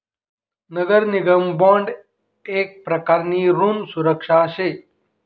नगर निगम बॉन्ड येक प्रकारनी ऋण सुरक्षा शे